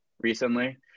recently